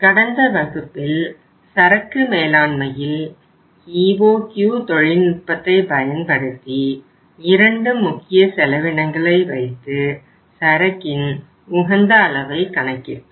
கடந்த வகுப்பில் சரக்கு மேலாண்மையில் EOQ தொழில்நுட்பத்தை பயன்படுத்தி இரண்டு முக்கிய செலவினங்களை வைத்து சரக்கின் உகந்த அளவை கணக்கிட்டோம்